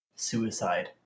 Suicide